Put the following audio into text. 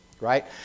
right